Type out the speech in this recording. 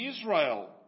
Israel